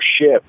ship